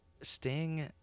Sting